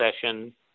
session